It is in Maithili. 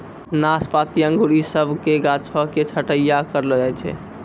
नाशपाती अंगूर इ सभ के गाछो के छट्टैय्या करलो जाय छै